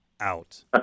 Out